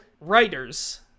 writers